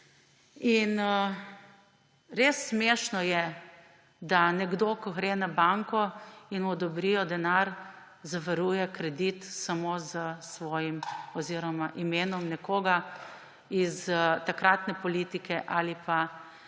Res je smešno, da nekdo, ko gre na banko in mu odobrijo denar, zavaruje kredit samo z imenom nekoga iz takratne politike ali pa